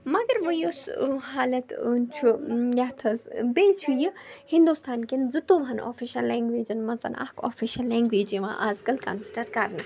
مگر وۄنۍ یُس حالت أں چھُ یَتھ حظ بیٚیہِ چھِ یہِ ہنٛدوستان کٮ۪ن زٕتوٗہَن آفِشَل لَنٛگویجَن منٛز اَکھ آفِشَل لَنٛگویج یِوان اَزکَل کَنسِڈَر کرنہٕ